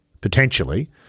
potentially –